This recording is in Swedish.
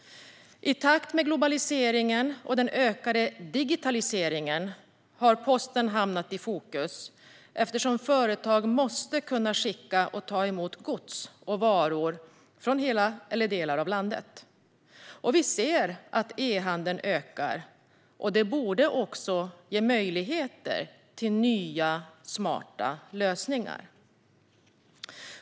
I takt med globaliseringen och den ökade digitaliseringen har posten hamnat i fokus eftersom företag måste kunna skicka och ta emot gods och varor från alla delar av landet. Vi ser att e-handeln ökar, och det borde ge möjligheter till nya, smarta lösningar.